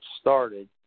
Started